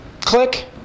click